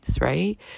right